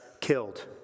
killed